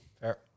Fair